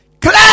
clear